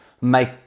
make